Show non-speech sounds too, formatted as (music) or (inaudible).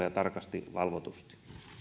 (unintelligible) ja tarkasti valvotusti